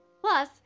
Plus